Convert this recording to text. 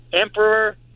emperor